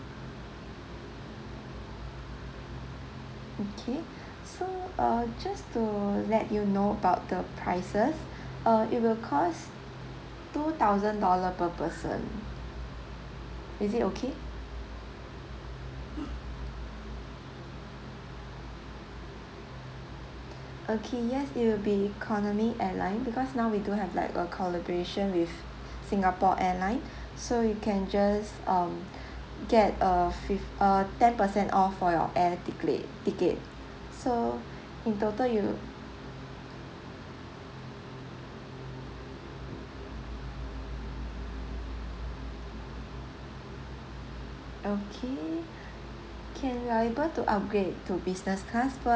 okay so uh just to let you know about the prices uh it will cost two thousand dollar per person is it okay okay yes it will be economy airline because now we don't have like a collaboration with singapore airline so you can just um get a fift~ uh ten percent off for your air tickle ticket